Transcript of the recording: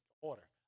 order